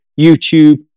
YouTube